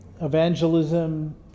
evangelism